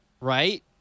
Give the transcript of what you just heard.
right